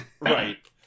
right